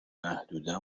محدوده